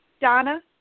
Donna